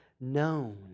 known